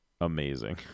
amazing